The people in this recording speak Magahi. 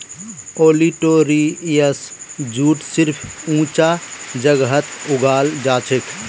ओलिटोरियस जूट सिर्फ ऊंचा जगहत उगाल जाछेक